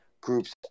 groups